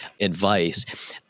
advice